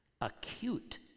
acute